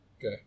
Okay